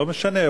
לא משנה.